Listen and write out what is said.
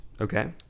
Okay